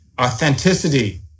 authenticity